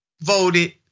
voted